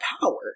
power